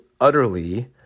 utterly